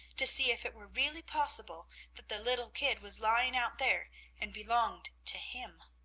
to see if it were really possible that the little kid was lying out there and belonged to him.